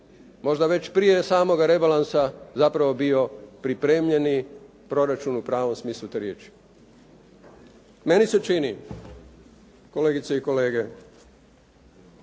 možda već prije samoga rebalansa zapravo bio pripremljeni proračun u pravom smislu te riječi. Meni se čini kolegice i kolege,